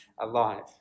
alive